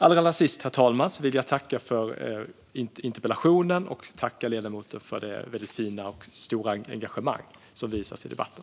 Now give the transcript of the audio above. Allra sist, herr talman, vill jag tacka för interpellationen och tacka ledamoten för det fina och stora engagemang som visas i debatten.